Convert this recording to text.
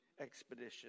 expedition